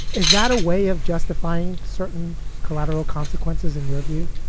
is that a way of justifying certain collateral consequences, in your view?